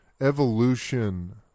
evolution